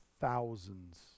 thousands